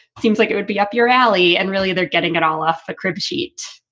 seems like it would be up your alley. and really they're getting it all off the crib sheet.